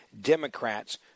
Democrats